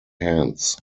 hands